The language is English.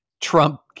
Trump